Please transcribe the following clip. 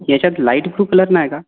ह्याच्यात light blue colour नाही का